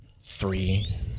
Three